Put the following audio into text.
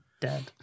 dead